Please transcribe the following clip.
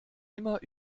immer